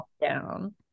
down